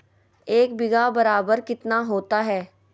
एक बीघा बराबर कितना होता है?